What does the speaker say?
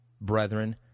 brethren